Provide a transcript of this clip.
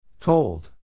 Told